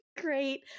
great